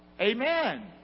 Amen